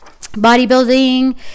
bodybuilding